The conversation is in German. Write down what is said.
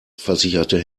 versicherte